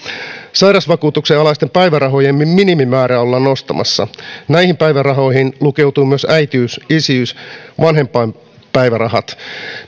sairausvakuutuksen alaisten päivärahojen minimimäärää ollaan nostamassa näihin päivärahoihin lukeutuu myös äitiys isyys ja vanhempainpäivärahat